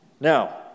Now